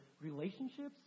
relationships